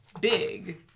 big